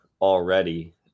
already